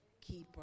keeper